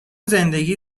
زندگی